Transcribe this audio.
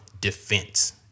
defense